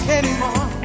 anymore